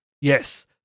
Yes